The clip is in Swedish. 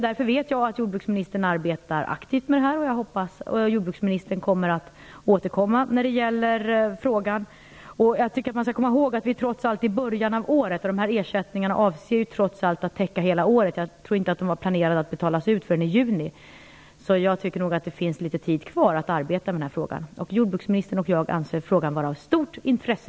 Därför vet jag att jordbruksministern arbetar aktivt med detta och att hon kommer att återkomma i frågan. Vi skall komma ihåg att vi trots allt befinner oss i början av året, och ersättningarna avser ju trots allt att täcka hela året. Jag tror inte att det var planerat att de skulle betalas ut förrän i juni, så jag tycker nog att det finns litet tid kvar för att arbeta med den här frågan. Jordbruksministern och jag tycker båda två att frågan är av stort intresse.